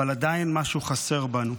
אבל עדיין משהו חסר בנו.